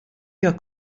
your